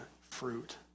fruit